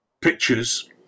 pictures